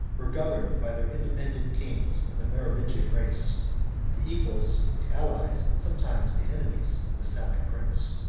were governed by their independent kings, of the merovingian race the equals, the allies, and sometimes the enemies of the salic prince.